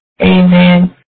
amen